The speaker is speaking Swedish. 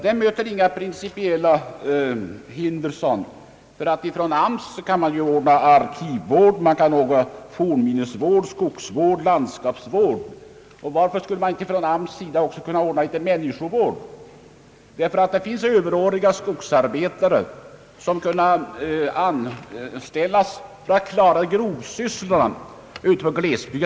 Det möter inga principiella hinder, sade han. AMS kan ordna arkivvård, fornminnesvård, skogsvård och landskapsvård, så varför skulle man inte också kunna ordna litet människovård? Det finns överåriga skogsarbetare som skulle kunna anställas för att klara grovsysslorna i glesbygden.